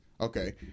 Okay